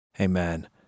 Amen